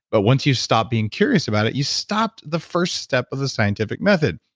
but once you stop being curious about it, you stop the first step of the scientific method,